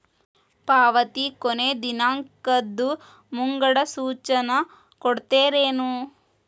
ಪಾವತಿ ಕೊನೆ ದಿನಾಂಕದ್ದು ಮುಂಗಡ ಸೂಚನಾ ಕೊಡ್ತೇರೇನು?